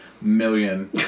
million